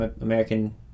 American